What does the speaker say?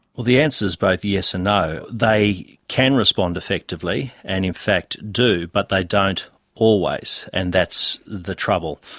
well, the answer is both yes and no. they can respond effectively and in fact do, but they don't always, and that's the trouble.